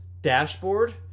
Dashboard